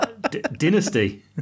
Dynasty